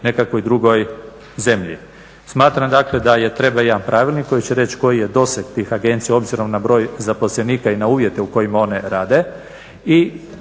nekakvoj drugoj zemlji. Smatram dakle da treba jedan pravilnik koji će reći koji je doseg tih agencija obzirom na broj zaposlenika i na uvjete u kojima one rade